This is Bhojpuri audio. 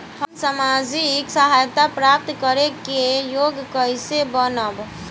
हम सामाजिक सहायता प्राप्त करे के योग्य कइसे बनब?